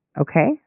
okay